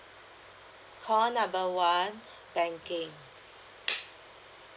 call number one banking